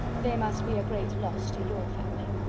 they must be a great loss to your family.